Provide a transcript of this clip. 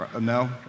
No